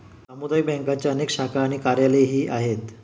सामुदायिक बँकांच्या अनेक शाखा आणि कार्यालयेही आहेत